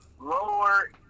lower